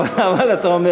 אבל זה רעיון.